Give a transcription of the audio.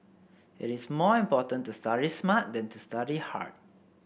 it is more important to study smart than to study hard